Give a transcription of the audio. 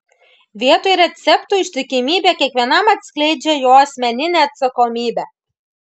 vietoj receptų ištikimybė kiekvienam atskleidžia jo asmeninę atsakomybę